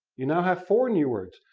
you now have four new words.